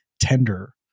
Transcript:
tender